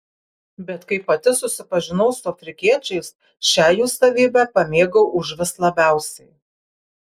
bet kai pati susipažinau su afrikiečiais šią jų savybę pamėgau užvis labiausiai